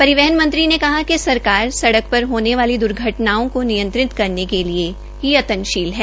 परिवहन मंत्री ने कहा कि सरकार सड़क पर होने वाली द्र्घटनाओं को नियंत्रित करने के लिये प्रयत्न शील है